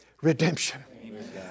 redemption